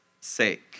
sake